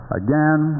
again